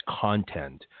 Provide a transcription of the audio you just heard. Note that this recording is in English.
content